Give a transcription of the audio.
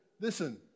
listen